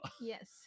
yes